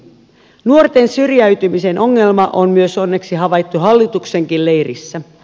nuorten syrjäytymisen ongelma on onneksi havaittu hallituksenkin leirissä